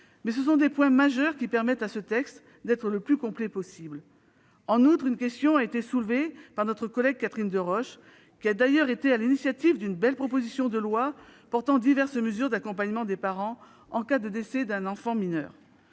RSA. Il s'agit de points majeurs qui permettent à ce texte d'être le plus complet possible. En outre, une question a été soulevée par notre collègue Catherine Deroche, qui a d'ailleurs été à l'initiative d'une belle proposition de loi portant diverses mesures d'accompagnement des parents en cas de décès d'un enfant mineur,